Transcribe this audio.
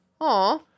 Aw